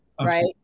Right